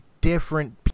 different